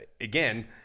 again